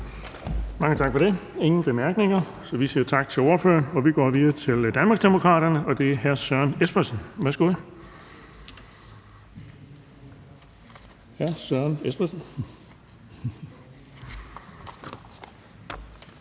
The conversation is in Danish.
Mange tak for det. Der er ingen korte bemærkninger, så vi siger tak til ordføreren. Og vi går videre til Danmarksdemokraterne, og det er hr. Søren Espersen. Værsgo.